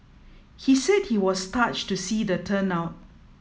he said he was touched to see the turnout